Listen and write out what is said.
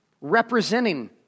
representing